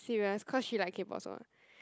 serious cause she like K-Pop song